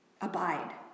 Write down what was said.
Abide